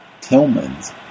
Tillman's